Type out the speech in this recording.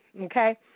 okay